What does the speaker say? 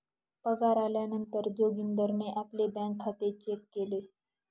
पगार आल्या नंतर जोगीन्दारणे आपले बँक खाते चेक केले